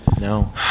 No